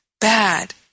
bad